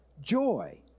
joy